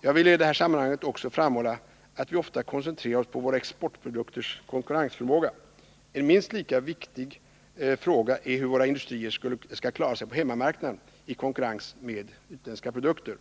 Jag vill i detta sammanhang också framhålla att vi ofta koncentrerar oss på våra exportprodukters konkurrensförmåga. En minst lika viktig fråga är hur våra industrier skall klara sig på hemmamarknaden i konkurrens med utländska produkter.